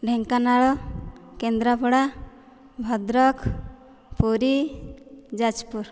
Dhenkanal Kendrapara Bhadrak Puri Jajpur